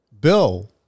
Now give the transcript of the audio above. Bill